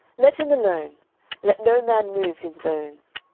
let him alone let no man move his bones.